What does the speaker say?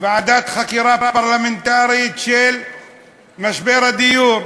ועדת חקירה פרלמנטרית על משבר הדיור.